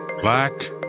Black